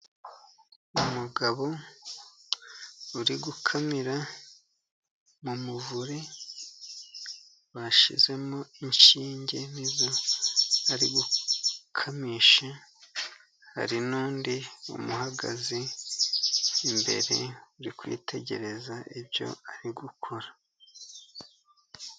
Umugabo uri gukamira mu muvure bashyizemo inshinge, ni zo arigukamisha hari n'undi umuhagaze imbere uri kwitegereza ibyo ari gukora.